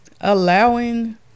allowing